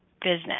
business